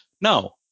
No